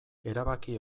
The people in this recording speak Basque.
erabaki